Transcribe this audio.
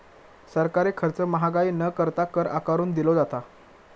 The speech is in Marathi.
सरकारी खर्च महागाई न करता, कर आकारून दिलो जाता